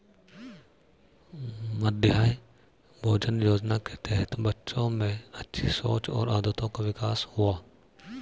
मध्याह्न भोजन योजना के तहत बच्चों में अच्छी सोच और आदतों का विकास हुआ